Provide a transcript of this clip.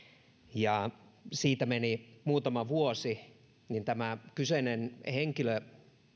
siitä meni muutama vuosi ja tämä kyseinen henkilö